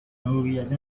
هویت